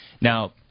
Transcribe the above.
Now